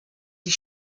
die